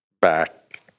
back